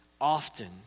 often